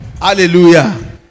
Hallelujah